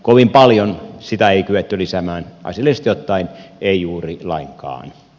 kovin paljon sitä ei kyetty lisäämään asiallisesti ottaen ei juuri lainkaan